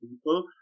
people